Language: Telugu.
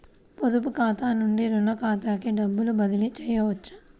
పొదుపు ఖాతా నుండీ, రుణ ఖాతాకి డబ్బు బదిలీ చేయవచ్చా?